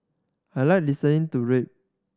I like listening to rape